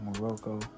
Morocco